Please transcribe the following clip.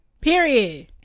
Period